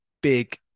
big